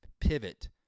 pivot